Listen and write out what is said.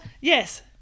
yes